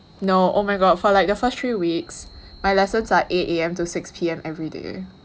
no oh my god for like the first three weeks my lessons are eight A_M to six P_M everyday